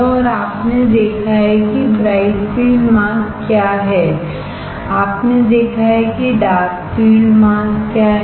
और आपने देखा है कि ब्राइट फील्ड मास्क क्या है आपने देखा है कि डार्क फील्ड मास्क क्या है सही है